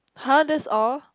[huh] that's all